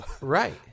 Right